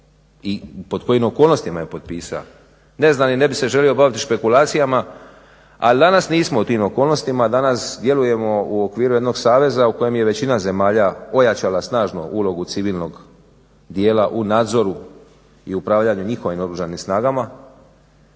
i pod kojim okolnostima je potpisao? Ne znam i ne bih se želio baviti špekulacijama. Ali danas nismo u tim okolnostima, danas djelujemo u okviru jednog saveza u kojem je većina zemalja ojačala snažno ulogu civilnog dijela u nadzoru i upravljanju njihovim oružanim snagama.